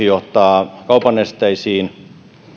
johtaa kaupan esteisiin